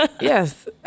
Yes